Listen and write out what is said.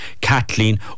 Kathleen